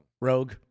Rogue